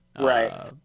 Right